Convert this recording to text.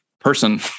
person